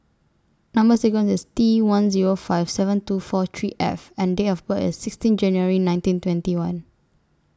Number sequence IS T one Zero five seven two four three F and Date of birth IS sixteen January nineteen twenty one